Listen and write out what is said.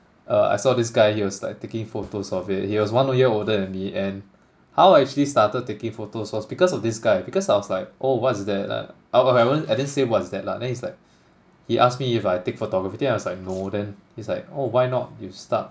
uh I saw this guy he was like taking photos of it he was one year older than me and how I actually started taking photos was because of this guy because I was like oh what's that like I but I won't I didn't say what's that lah then he's like he asked me if I take photography then I was like no then he's like oh why not you start